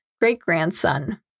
great-grandson